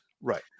Right